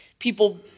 People